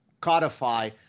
codify